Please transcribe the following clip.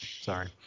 Sorry